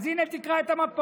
אז הינה, תקרא את המפות.